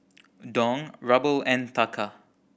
Dong Ruble and Taka